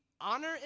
honor